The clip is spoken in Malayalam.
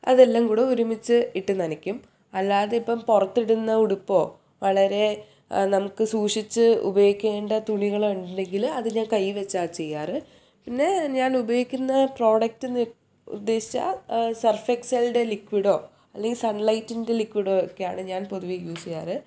അതെല്ലാം കൂടി ഒരുമിച്ച് ഇട്ടു നനക്കും അല്ലാതിപ്പം പുറത്തിടുന്ന ഉടുപ്പോ വളരെ നമുക്കു സൂക്ഷിച്ച് ഉപയോഗിക്കേണ്ട തുണികളുണ്ടെങ്കിൽ അതിനെ കയ്യിൽ വെച്ചാണ് ചെയ്യാറ് പിന്നെ ഞാൻ ഉപയോഗിക്കുന്ന പ്രോഡക്ടറ്റ് എന്നു ഉദ്ദേശിച്ചാൽ സർഫ് എക്സലിൻ്റെ ലിക്വിഡോ അല്ലെങ്കിൽ സൺ ലൈറ്റിൻ്റെ ലിക്വിഡോ ഒക്കെയാണ് ഞാൻ പൊതുവെ യൂസ് ചെയ്യാറ്